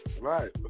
Right